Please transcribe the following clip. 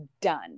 done